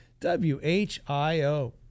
WHIO